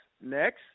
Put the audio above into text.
next